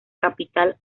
capital